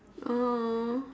!aww!